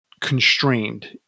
constrained